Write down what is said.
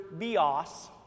bios